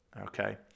Okay